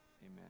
Amen